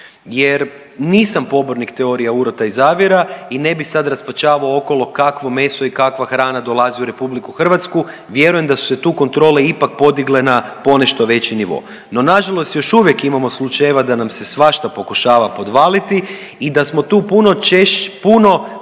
Jer nisam pobornik teorija urota i zavjera i ne bih sad rasparčavao okolo kakvo meso i kakva hrana dolazi u Republiku Hrvatsku. Vjerujem da su se tu kontrole ipak podigle na ponešto veći nivo. No na žalost još uvijek imamo slučajeva da nam se svašta pokušava podvaliti i da smo tu puno pre